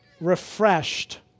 refreshed